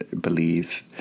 believe